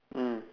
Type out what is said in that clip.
mm